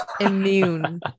immune